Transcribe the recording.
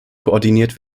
koordiniert